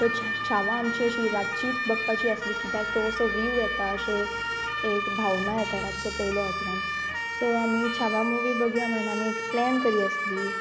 so छावां आमची अशी रातचीत भगपाची आसली कित्याक तो असो वहीव येता अशें एक भावना येता रातचे पयल्या उपरांत सो आमी छावां मुवी बगया म्हणून आमी एक प्लॅन कर आसली